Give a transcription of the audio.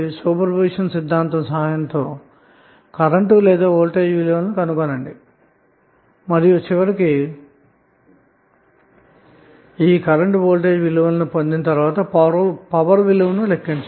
superposition సిద్ధాంతం సహాయంతో current మరియు వోల్టేజ్ విలువలు కనుగొని చివరికి పవర్ విలువను లెక్కించవచ్చు